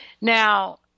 Now